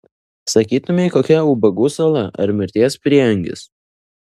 sakytumei kokia ubagų sala ar mirties prieangis